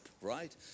right